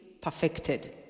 perfected